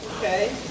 Okay